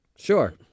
Sure